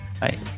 Bye